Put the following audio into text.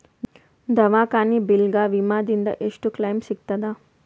ದವಾಖಾನಿ ಬಿಲ್ ಗ ವಿಮಾ ದಿಂದ ಎಷ್ಟು ಕ್ಲೈಮ್ ಸಿಗತದ?